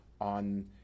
on